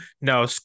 no